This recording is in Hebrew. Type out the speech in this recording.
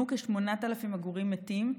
פונו כ-8,000 עגורים מתים,